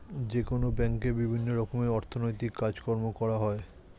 যেকোনো ব্যাঙ্কে বিভিন্ন রকমের অর্থনৈতিক কাজকর্ম করা হয়